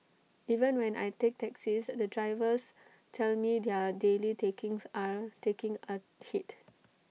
even when I take taxis the drivers tell me their daily takings are taking A hit